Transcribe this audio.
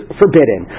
forbidden